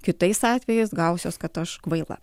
kitais atvejais gausiuos kad aš kvaila